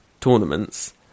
tournaments